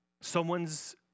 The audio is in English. someone's